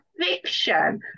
fiction